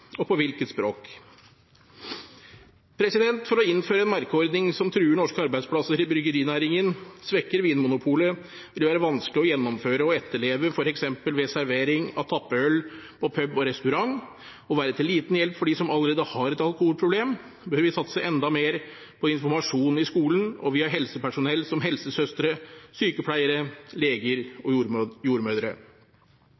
Og på hvilket språk? Fremfor å innføre en merkeordning som truer norske arbeidsplasser i bryggerinæringen, svekker Vinmonopolet, vil være vanskelig å gjennomføre og etterleve f.eks. ved servering av tappet øl på pub og restaurant og være til liten hjelp for de som allerede har et alkoholproblem, bør vi satse enda mer på informasjon i skolen og via helsepersonell som helsesøstre, sykepleiere, leger og jordmødre.